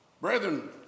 Brethren